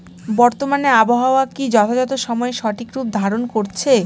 বর্তমানে আবহাওয়া কি যথাযথ সময়ে সঠিক রূপ ধারণ করছে?